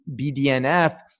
BDNF